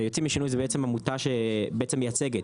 "יוצאים לשינוי" זו בעצם עמותה שבעצם מייצגת